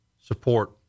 support